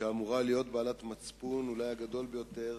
שאמורה להיות אולי בעלת המצפון הגדול ביותר,